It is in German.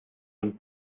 von